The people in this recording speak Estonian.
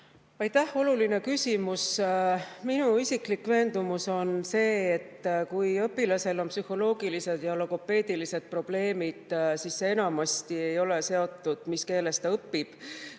Aitäh, oluline küsimus! Minu isiklik veendumus on see, et kui õpilasel on psühholoogilised ja logopeedilised probleemid, siis see enamasti ei ole seotud sellega, mis keeles ta õpib,